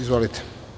Izvolite.